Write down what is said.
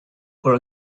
for